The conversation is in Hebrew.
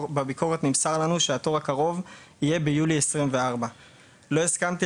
בביקורת נמסר לנו שהתור הקרוב יהיה ביולי 2024. לא הסכמתי